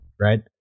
right